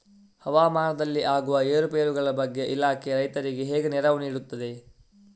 ಹವಾಮಾನದಲ್ಲಿ ಆಗುವ ಏರುಪೇರುಗಳ ಬಗ್ಗೆ ಇಲಾಖೆ ರೈತರಿಗೆ ಹೇಗೆ ನೆರವು ನೀಡ್ತದೆ?